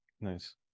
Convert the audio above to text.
nice